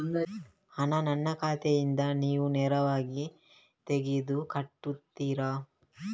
ಹಣ ನನ್ನ ಖಾತೆಯಿಂದ ನೀವು ನೇರವಾಗಿ ತೆಗೆದು ಕಟ್ಟುತ್ತೀರ?